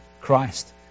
Christ